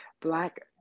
Black